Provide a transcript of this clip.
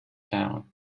town